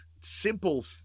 simple